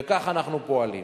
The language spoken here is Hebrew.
וכך אנחנו פועלים.